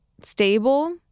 stable